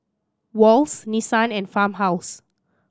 Wall's Nissan and Farmhouse